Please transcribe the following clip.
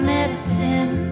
medicine